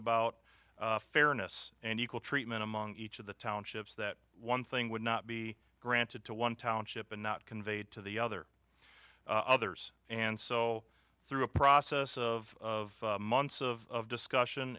about fairness and equal treatment among each of the townships that one thing would not be granted to one township and not conveyed to the other others and so through a process of months of discussion